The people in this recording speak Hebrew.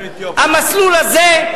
המסלול הזה,